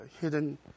hidden